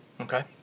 Okay